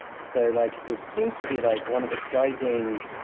so like it seems to be like one of the guiding,